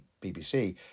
BBC